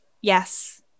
Yes